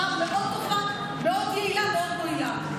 הצעה מאוד טובה, מאוד יעילה ומאוד מועילה.